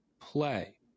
play